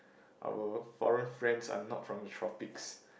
our foreign friends are not from the tropics